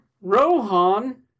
Rohan